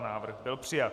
Návrh byl přijat.